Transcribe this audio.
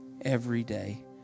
everyday